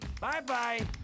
Bye-bye